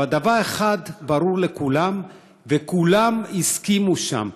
אבל דבר אחד ברור לכולם וכולם הסכימו שם: